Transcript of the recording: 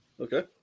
Okay